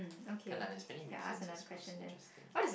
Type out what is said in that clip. can lah there's many reasons it's suppose to interesting